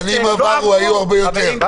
בשנים עברו היו הרבה יותר.